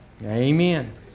Amen